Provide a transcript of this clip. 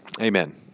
amen